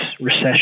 recession